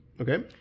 Okay